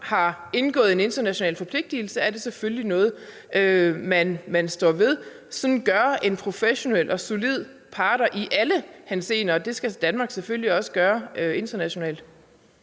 har indgået en international forpligtelse, er det selvfølgelig noget, man står ved. Sådan gør en professionel og solid part i alle henseender, og det skal Danmark selvfølgelig også gøre internationalt.